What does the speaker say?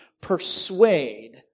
persuade